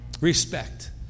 Respect